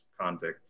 convict